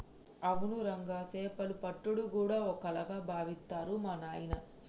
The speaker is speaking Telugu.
అవును రంగా సేపలు పట్టుడు గూడా ఓ కళగా బావిత్తరు మా నాయిన